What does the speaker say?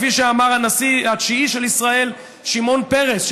כפי שאמר הנשיא התשיעי של ישראל שמעון פרס,